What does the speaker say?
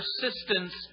persistence